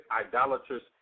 idolatrous